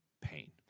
pain